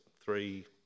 three